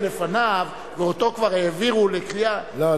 לפניו ואותו כבר העבירו לקריאה --- לא,